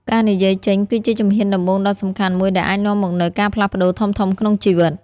ការនិយាយចេញគឺជាជំហានដំបូងដ៏សំខាន់មួយដែលអាចនាំមកនូវការផ្លាស់ប្ដូរធំៗក្នុងជីវិត។